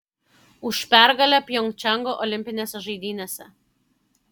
už pergalę pjongčango olimpinėse žaidynėse